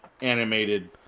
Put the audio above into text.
animated